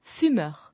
fumeur